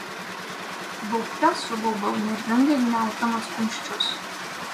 baubte subaubiau nervingai gniauždamas kumščius